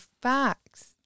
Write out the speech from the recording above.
facts